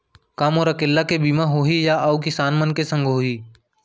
का मोर अकेल्ला के बीमा होही या अऊ किसान मन के संग होही?